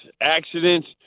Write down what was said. accidents